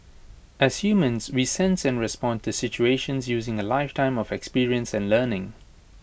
as humans we sense and respond to situations using A lifetime of experience and learning